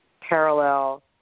parallel